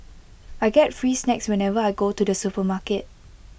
I get free snacks whenever I go to the supermarket